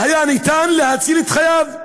והיה אפשר להציל את חייו.